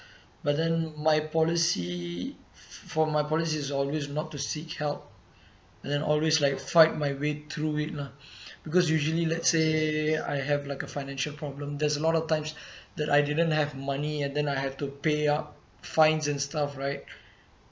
but then my policy for my policy is always not to seek help and then always like fight my way through it lah because usually let's say I have like a financial problem there's a lot of times that I didn't have money and then I have to pay up fines and stuff right